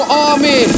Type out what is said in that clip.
army